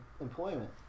employment